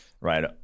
Right